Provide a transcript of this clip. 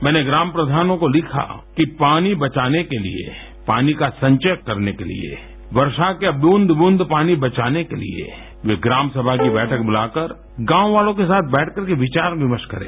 मैंने ग्राम प्रधानों को लिखा कि पानी बचाने के लिए पानी का संचय करने के लिए वर्षा के बूंद बूंद पानी बचाने के लिए वे ग्राम सभा की बैठक बुलाकर गाँव वालों के साथ बैठकर के विचार विमर्श करें